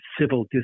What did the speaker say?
civil